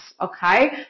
Okay